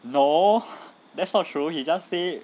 no that's not true he just say